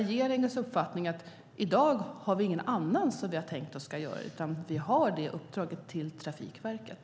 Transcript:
Regeringens uppfattning är att i dag är det ingen annan som ska göra det, utan vi har gett det uppdraget till Trafikverket.